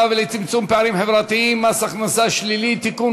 ולצמצום פערים חברתיים (מס הכנסה שלילי) (תיקון,